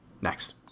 Next